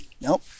Nope